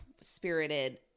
spirited